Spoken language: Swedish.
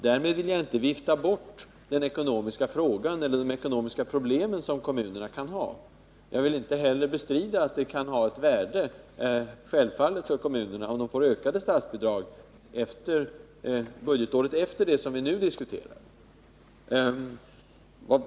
Därmed vill jag inte vifta bort de ekonomiska problem som kommunerna kan ha. Jag vill inte heller bestrida att det kan ha ett värde för kommunerna — det är självfallet — om de får ökade statsbidrag budgetåret efter det som vi nu diskuterar.